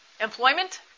Employment